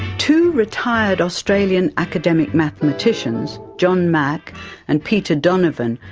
two retired australian academic mathematicians, john mack and peter donovan,